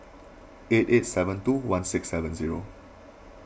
eight eight seven two one six seven zero